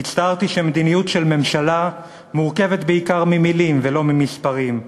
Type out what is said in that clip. והצטערתי שמדיניות של ממשלה מורכבת בעיקר ממילים ולא ממספרים.